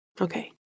Okay